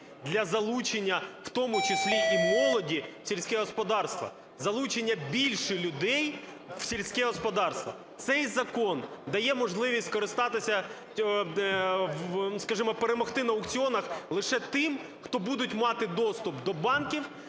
для залучення в тому числі і молоді в сільське господарство, залучення більше людей в сільське господарство. Цей закон дає можливість скористатися, скажімо, перемогти на аукціонах лише тим, хто буде мати доступ до банків